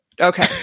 Okay